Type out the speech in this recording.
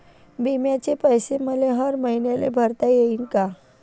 बिम्याचे पैसे मले हर मईन्याले भरता येईन का?